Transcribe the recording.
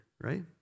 right